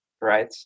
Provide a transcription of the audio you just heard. right